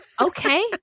okay